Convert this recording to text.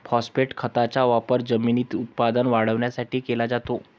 phosphate खताचा वापर जमिनीत उत्पादन वाढवण्यासाठी केला जातो